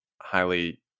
highly